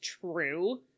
true